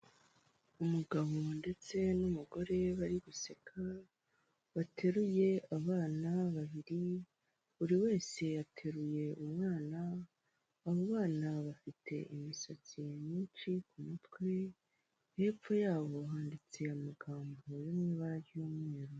Umugabo ndetse n'umugore bari guseka bateruye abana babiri buri wese ateruye umwana umwana bafite imisatsi myinshi ku mutwe hepfo yabo handitse amagambo yo mu ibara ry'umweru.